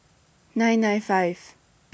nine nine five